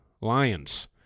Lions